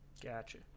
Gotcha